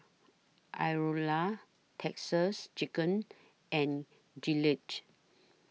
Iora Texas Chicken and Gillette